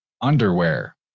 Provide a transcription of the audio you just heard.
underwear